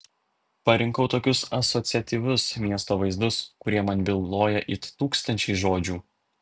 parinkau tokius asociatyvius miesto vaizdus kurie man byloja it tūkstančiai žodžių